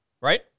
Right